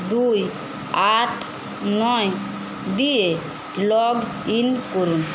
দুই আট নয় দিয়ে লগ ইন করুন